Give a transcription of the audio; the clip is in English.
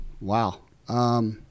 wow